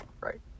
Right